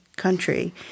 country